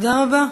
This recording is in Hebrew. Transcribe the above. תודה רבה.